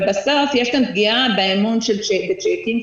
אבל בסוף יש כאן פגיעה באמון בצ'קים.